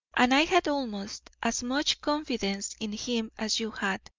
and i had almost as much confidence in him as you had,